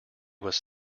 was